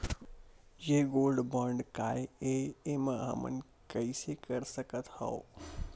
ये gold bond काय ए एमा हमन कइसे कर सकत हव?